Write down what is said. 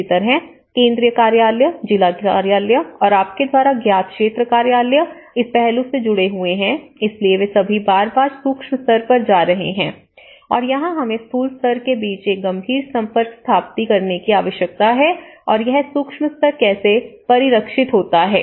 इसी तरह केंद्रीय कार्यालय जिला कार्यालय और आपके द्वारा ज्ञात क्षेत्र कार्यालय इस पहलू से जुड़े हुए हैं इसलिए वे सभी बार बार सूक्ष्म स्तर पर जा रहे हैं और यहां हमें स्थूल स्तर के बीच एक गंभीर संपर्क स्थापित करने की आवश्यकता है और यह सूक्ष्म स्तर कैसे परिलक्षित होता है